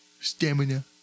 Stamina